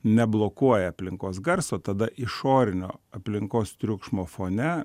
neblokuoja aplinkos garso tada išorinio aplinkos triukšmo fone